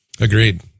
Agreed